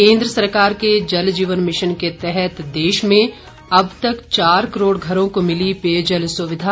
केंद्र सरकार के जल जीवन मिशन के तहत देश में अब तक चार करोड़ घरों को मिली पेयजल सुविधा